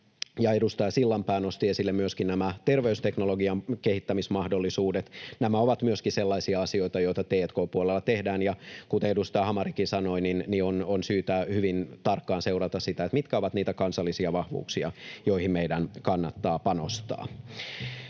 edustaja Sillanpää nosti esille myöskin nämä terveysteknologian kehittämismahdollisuudet. Nämä ovat myöskin sellaisia asioita, joita t&k-puolella tehdään. Kuten edustaja Hamarikin sanoi, niin on syytä hyvin tarkkaan seurata sitä, mitkä ovat niitä kansallisia vahvuuksia, joihin meidän kannattaa panostaa.